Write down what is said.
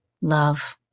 love